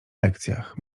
lekcjach